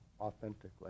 authentically